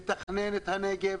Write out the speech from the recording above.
לתכנן את הנגב,